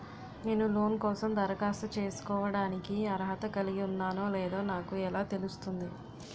నేను లోన్ కోసం దరఖాస్తు చేసుకోవడానికి అర్హత కలిగి ఉన్నానో లేదో నాకు ఎలా తెలుస్తుంది?